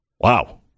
Wow